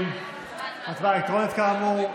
הצבעה אלקטרונית, כאמור.